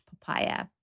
papaya